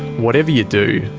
whatever you do,